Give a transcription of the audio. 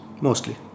Mostly